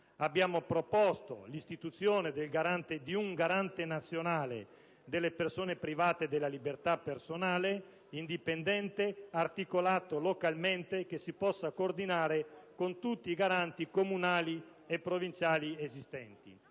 Abbiamo anche proposto l'istituzione di un garante nazionale delle persone private della libertà personale, indipendente e articolato localmente, che si possa coordinare con tutti i garanti comunali e provinciali esistenti.